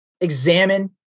examine